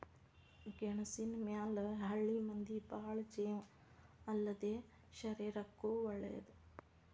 ಗೆಣಸಿನ ಮ್ಯಾಲ ಹಳ್ಳಿ ಮಂದಿ ಬಾಳ ಜೇವ ಅಲ್ಲದೇ ಶರೇರಕ್ಕೂ ವಳೇದ